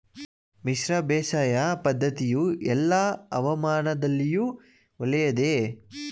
ಮಿಶ್ರ ಬೇಸಾಯ ಪದ್ದತಿಯು ಎಲ್ಲಾ ಹವಾಮಾನದಲ್ಲಿಯೂ ಒಳ್ಳೆಯದೇ?